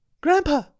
grandpa